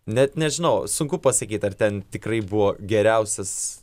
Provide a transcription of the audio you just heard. net nežinau sunku pasakyt ar ten tikrai buvo geriausias